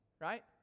Right